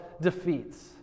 defeats